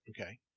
Okay